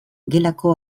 gelako